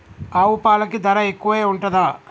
ఆవు పాలకి ధర ఎక్కువే ఉంటదా?